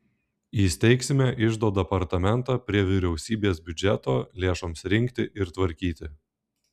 įsteigsime iždo departamentą prie vyriausybės biudžeto lėšoms rinkti ir tvarkyti